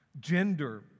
Gender